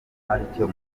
aricyo